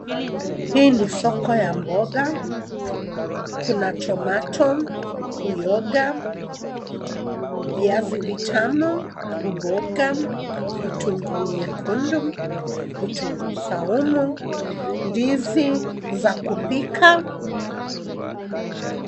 Hii ni soko ya mboga. Kuna cs[tomatoe]cs, uyoga, viazi vitamu, uboga, vitunguu nyekundu, vitunguu saumu, ndizi za kupika.